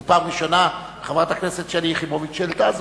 זו פעם ראשונה שחברת הכנסת שלי יחימוביץ העלתה זאת,